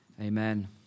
Amen